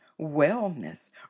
wellness